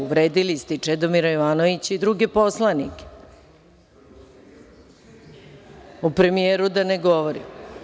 Uvredili ste i Čedomira Jovanovića i druge poslanike, o premijeru da ne govorim.